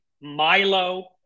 Milo